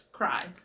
cry